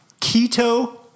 Keto